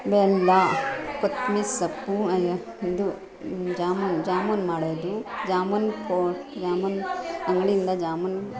ಬೆಲ್ಲ ಕೊತ್ತಂಬರಿ ಸೊಪ್ಪು ಅಯ್ಯೋ ಇದು ಜಾಮೂನ್ ಜಾಮೂನ್ ಮಾಡೋದು ಜಾಮೂನ್ ಪೌ ಜಾಮೂನ್ ಅಂಗಡಿಯಿಂದ ಜಾಮೂನ್